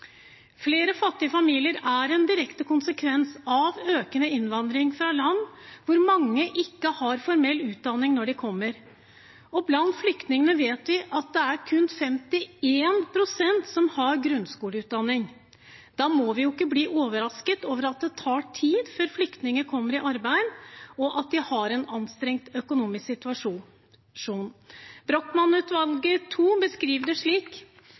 Flere fattige familier er en direkte konsekvens av økende innvandring fra land hvor mange ikke har formell utdanning når de kommer. Blant flyktningene vet vi at det kun er 51 pst. som har grunnskoleutdanning. Da må vi ikke bli overrasket over at det tar tid før flyktninger kommer i arbeid, og at de har en anstrengt økonomisk situasjon. Brochmann 2-utvalget beskriver det slik: